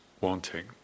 wanting